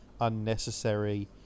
unnecessary